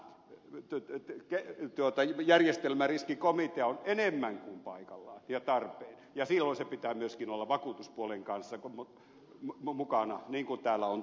tämän takia tämä järjestelmäriskikomitea on enemmän kuin paikallaan ja tarpeen ja silloin sen pitää olla myöskin vakuutuspuolen kanssa mukana niin kuin täällä on todettukin